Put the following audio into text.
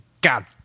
God